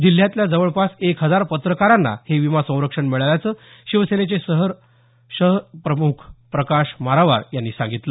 जिल्ह्यातल्या जवळपास एक हजार पत्रकारांना हे विमा संरक्षण मिळाल्याचं शिवसेनेचे शहर सह प्रमुख प्रकाश मारावार यांनी सांगितलं